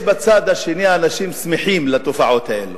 יש בצד השני אנשים ששמחים על התופעות האלו,